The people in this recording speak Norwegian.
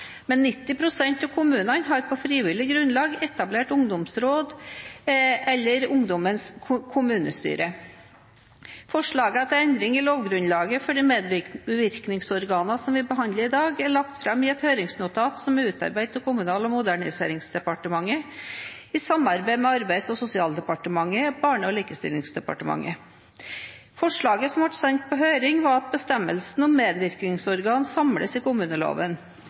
men 90 pst. av kommunene har på frivillig grunnlag etablert ungdomsråd eller ungdommens kommunestyre. Forslaget til endringer i lovgrunnlaget for de medvirkningsorganene vi behandler i dag, er lagt fram i et høringsnotat som er utarbeidet av Kommunal- og moderniseringsdepartementet i samarbeid med Arbeids- og sosialdepartementet og Barne- og likestillingsdepartementet. Forslaget som ble sendt på høring, var at bestemmelsene om medvirkningsorgan samles i kommuneloven.